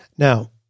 Now